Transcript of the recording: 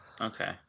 Okay